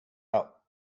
out